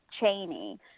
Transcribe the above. Cheney